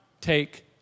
take